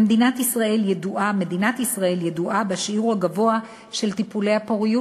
מדינת ישראל ידועה בשיעור הגבוה של טיפולי הפוריות